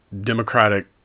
Democratic